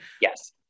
Yes